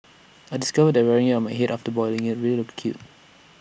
I discovered that wearing IT on my Head after boiling IT really looked cute